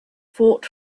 fought